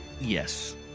Yes